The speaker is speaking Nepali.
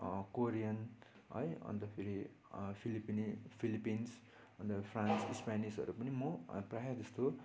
कोरियन है अन्त फेरि फिलिपिने फिलिपिन्स अन्त फ्रान्स स्पेनिसहरू पनि म प्रायः जस्तो